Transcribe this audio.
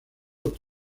otros